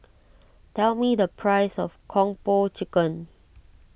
tell me the price of Kung Po Chicken